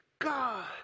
God